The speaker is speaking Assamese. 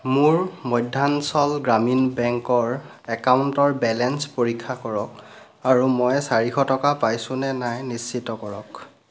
মোৰ মধ্যাঞ্চল গ্ৰামীণ বেংকৰ একাউণ্টৰ বেলেঞ্চ পৰীক্ষা কৰক আৰু মই চাৰিশ টকা পাইছোঁ নে নাই নিশ্চিত কৰক